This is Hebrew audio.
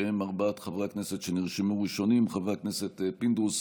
שהם ארבעת חברי הכנסת שנרשמו ראשונים: חברי הכנסת פינדרוס,